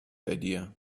idea